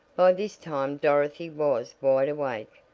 by this time dorothy was wide awake,